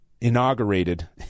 inaugurated